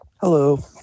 Hello